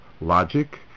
logic